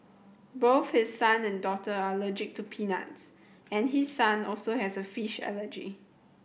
both his son and daughter are allergic to peanuts and his son also has a fish allergy